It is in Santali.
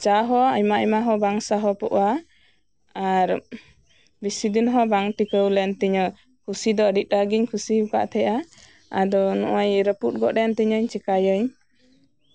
ᱪᱟ ᱦᱚᱸ ᱟᱭᱢᱟ ᱟᱭᱢᱟ ᱦᱚᱸ ᱵᱟᱝ ᱥᱟᱦᱚᱯᱚᱜᱼᱟ ᱟᱨ ᱵᱮᱥᱤᱫᱤᱱ ᱦᱚᱸ ᱵᱟᱝ ᱴᱤᱠᱟᱹᱣ ᱞᱮᱱᱛᱤᱧᱟᱹ ᱠᱩᱥᱤ ᱫᱚ ᱟᱹᱰᱤ ᱮᱴᱟᱜ ᱜᱤᱧ ᱠᱩᱥᱤ ᱟᱠᱟᱫ ᱛᱟᱦᱮᱸᱜᱼᱟ ᱟᱫᱚ ᱱᱚᱜᱚᱭ ᱨᱟᱹᱯᱩᱫ ᱜᱚᱫᱽ ᱮᱱᱛᱤᱧᱟᱹᱧ ᱪᱮᱠᱟᱭᱟᱹᱧ